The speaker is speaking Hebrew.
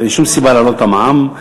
אין שום סיבה להעלות את המע"מ.